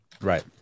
Right